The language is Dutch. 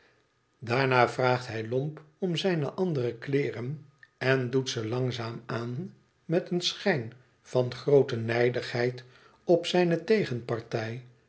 daarna vraagt hij lomp om zijne andere kleeren en doet ze langzaam aan met een schijn van groote nijdigheid op zijne tegenpartij